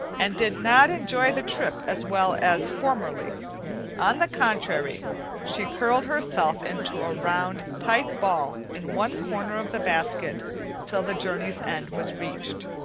and did not enjoy the trip as well as formerly on the contrary she curled herself into a round tight ball in one corner of the basket till the journey's end was reached.